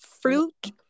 fruit